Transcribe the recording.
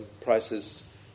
prices